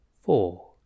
Four